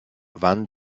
wann